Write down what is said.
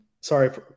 Sorry